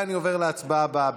אני עובר להצבעה הבאה,